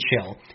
chill